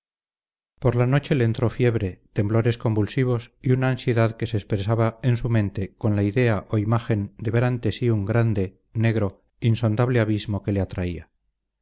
por la noche le entró fiebre temblores convulsivos y una ansiedad que se expresaba en su mente con la idea o imagen de ver ante sí un grande negro insondable abismo que le atraía